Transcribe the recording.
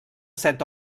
set